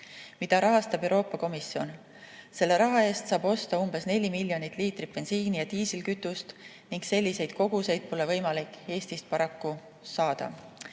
mida rahastab Euroopa Komisjon. Selle raha eest saab osta 4 miljonit liitrit bensiini ja diislikütust, aga selliseid koguseid pole võimalik Eestist saada.